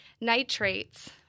nitrates